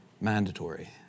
mandatory